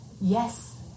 Yes